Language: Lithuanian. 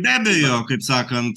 be abejo kaip sakant